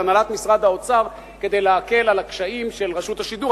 הנהלת משרד האוצר להקל על הקשיים של רשות השידור,